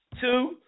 Two